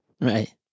Right